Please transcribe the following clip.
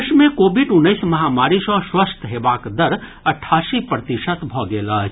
देश मे कोविड उन्नैस महामारी सँ स्वस्थ हेबाक दर अठासी प्रतिशत भऽ गेल अछि